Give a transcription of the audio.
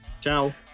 Ciao